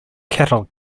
cattle